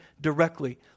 directly